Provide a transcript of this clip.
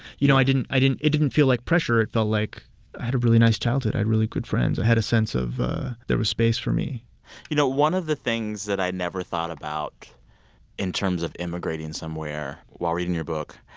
you know, i didn't i didn't it didn't feel like pressure. it felt like i had a really nice childhood. i had really good friends. i had a sense of there was space for me you know, one of the things that i never thought about in terms of immigrating somewhere while reading your book,